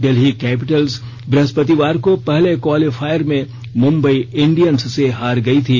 Delhi Capitals बृह्स्पतिवार को पहले क्वालिफायर में मुंबई इंडियन्स से हार गई थी